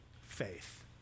Faith